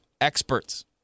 experts